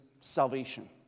salvation